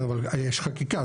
כן, אבל יש חקיקה.